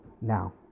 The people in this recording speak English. now